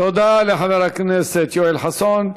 תודה לחבר הכנסת יואל חסון.